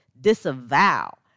disavow